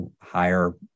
higher